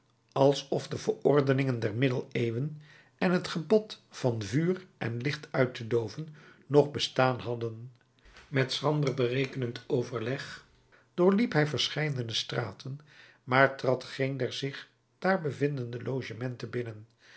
alsof de verordeningen der middeneeuwen en t gebod van vuur en licht uit te dooven nog bestaan hadden met schrander berekenend overleg doorliep hij verscheidene straten maar trad geen der zich daar bevindende logementen binnen